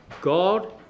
God